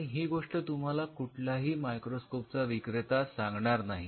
आणि हि गोष्ट तुम्हाला कुठलाही मायक्रोस्कोपचा विक्रेता सांगणार नाही